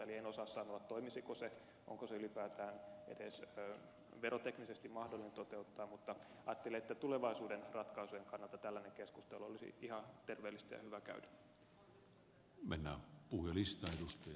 eli en osaa sanoa toimisiko se onko se ylipäätään edes veroteknisesti mahdollinen toteuttaa mutta ajattelin että tulevaisuuden ratkaisujen kannalta tällainen keskustelu olisi ihan terveellistä ja hyvä käydä